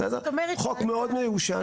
חוק מאוד מיושן.